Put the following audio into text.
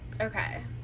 Okay